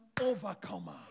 overcomer